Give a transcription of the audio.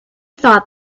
thought